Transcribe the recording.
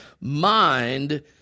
mind